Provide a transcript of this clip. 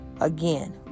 Again